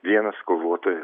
vienas kovotoja